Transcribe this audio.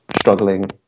struggling